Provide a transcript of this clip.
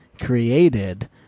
created